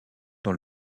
dans